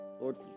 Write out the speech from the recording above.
Lord